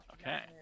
Okay